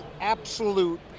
absolute